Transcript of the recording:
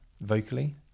vocally